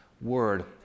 Word